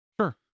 Sure